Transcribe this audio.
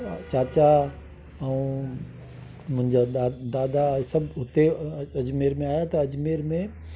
चाचा ऐं मुंहिंजा दा दादा हे सभु हुते अजमेर में आया त अजमेर में